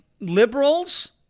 liberals